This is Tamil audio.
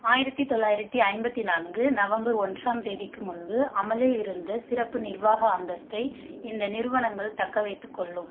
ஆயிரத்தி தொள்ளாயிரத்தி ஐம்பத்தி நான்கு நவம்பர் ஒன்றாம் தேதிக்கு முன்பு அமலில் இருந்த சிறப்பு நிர்வாக அந்தஸ்தை இந்த நிறுவனங்கள் தக்கவைத்துக் கொள்ளும்